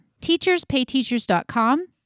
teacherspayteachers.com